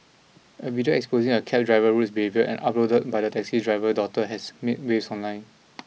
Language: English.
a video exposing a cabdriver rudes behaviour and uploaded by the taxi driver daughter has made waves online